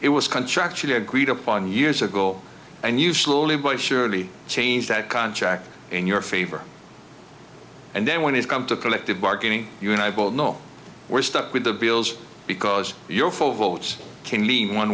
it was contractually agreed upon years ago and you slowly but surely change that contract in your favor and then when it's come to collective bargaining you and i both know we're stuck with the bills because you know full votes can lean one